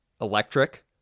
electric